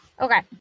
Okay